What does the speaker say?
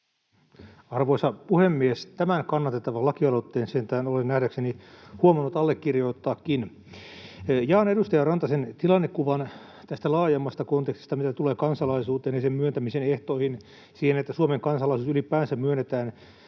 Arvoisa puhemies! Tämän kannatettavan lakialoitteen sentään olen nähdäkseni huomannut allekirjoittaakin. Jaan edustaja Rantasen tilannekuvan tästä laajemmasta kontekstista, mitä tulee kansalaisuuteen ja sen myöntämisen ehtoihin, siihen, että Suomen kansalaisuus ylipäänsä myönnetään